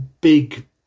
big